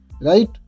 right